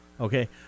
Okay